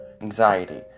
anxiety